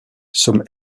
some